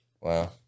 Wow